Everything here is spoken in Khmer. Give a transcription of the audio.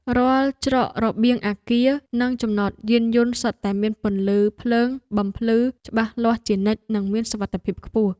រាល់ច្រករបៀងអគារនិងចំណតយានយន្តសុទ្ធតែមានពន្លឺភ្លើងបំភ្លឺច្បាស់លាស់ជានិច្ចនិងមានសុវត្ថិភាពខ្ពស់។